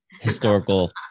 historical